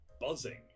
buzzing